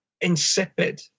insipid